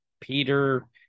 Peter